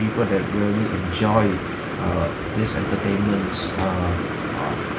people that really enjoy err these entertainments err uh